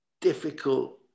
difficult